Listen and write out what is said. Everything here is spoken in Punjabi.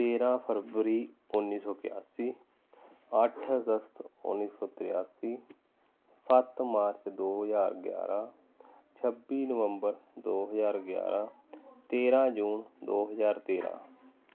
ਤੇਰਾਂ ਫਰਵਰੀ ਉੱਨੀ ਸੌ ਇਕਾਸੀ ਅੱਠ ਅਗਸਤ ਉੱਨੀ ਸੌ ਤਰਿਆਸੀ ਸੱਤ ਮਾਰਚ ਦੋ ਹਜ਼ਾਰ ਗਿਆਰਾਂ ਛੱਬੀ ਨਵੰਬਰ ਦੋ ਹਜ਼ਾਰ ਗਿਆਰਾਂ ਤੇਰਾਂ ਜੂਨ ਦੋ ਹਜ਼ਾਰ ਤੇਰਾਂ